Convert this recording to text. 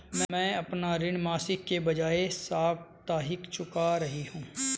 मैं अपना ऋण मासिक के बजाय साप्ताहिक चुका रही हूँ